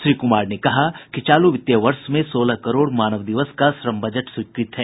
श्री कुमार ने कहा कि चालू वित्त वर्ष में सोलह करोड़ मानव दिवस का श्रम बजट स्वीकृत है